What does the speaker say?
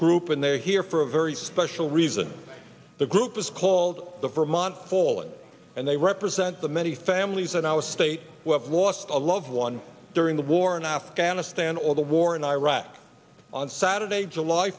group and they are here for a very special reason the group is called the vermont colon and they represent the many families that i was a state where i was a loved one during the war in afghanistan or the war in iraq on saturday july